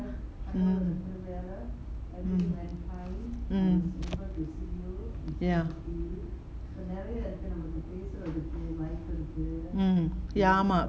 mm mm ya mm ya mm ya ஆமா:ama